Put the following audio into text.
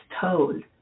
told